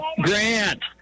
Grant